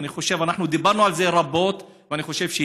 ואני חושב,